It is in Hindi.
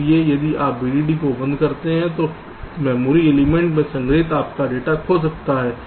इसलिए यदि आप VDD को बंद करते हैं तो मेमोरी एलिमेंट में संग्रहीत आपका डेटा खो सकता है